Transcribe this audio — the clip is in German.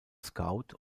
scout